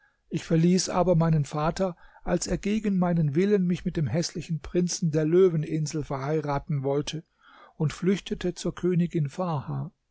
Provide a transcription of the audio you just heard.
ich verließ aber meinen vater als er gegen meinen willen mich mit dem häßlichen prinzen der löweninsel verheiraten wollte und flüchtete zur königin farha